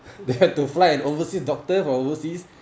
they had to fly an overseas doctor from overseas